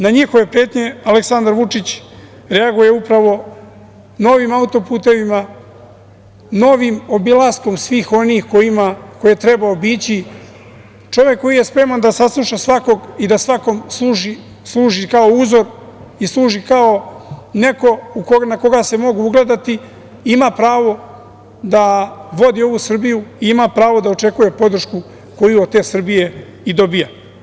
Na njihove pretnje Aleksandar Vučić reaguje upravo novim auto-putevima, novim obilaskom svih onih koje je trebao obići, čovek koji je spreman da sasluša svakoga i da svakome služi kao uzor i služi kao neko na koga se mogu ugledati ima pravo da vodi ovu Srbiju, ima pravo da očekuje podršku koju od te Srbije i dobija.